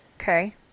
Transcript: okay